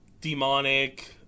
demonic